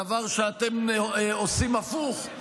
דבר שאתם עושים הפוך,